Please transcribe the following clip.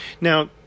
Now